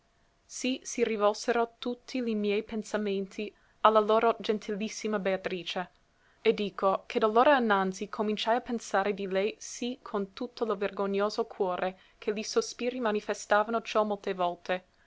sì si rivolsero tutti li miei pensamenti a la loro gentilissima beatrice e dico che d'allora innanzi cominciai a pensare di lei sì con tutto lo vergognoso cuore che li sospiri manifestavano ciò molte volte